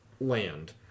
land